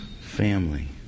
family